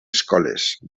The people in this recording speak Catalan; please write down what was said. escoles